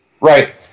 Right